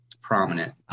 prominent